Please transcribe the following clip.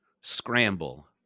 scramble